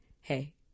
hey